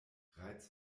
reiz